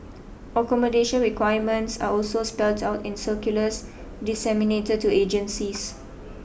accommodation requirements are also spelt out in circulars disseminated to agencies